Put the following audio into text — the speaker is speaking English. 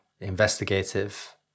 investigative